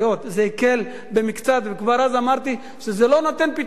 זה הקל במקצת, וכבר אז אמרתי שזה לא נותן פתרון.